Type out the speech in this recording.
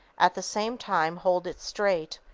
at the same time hold it straight.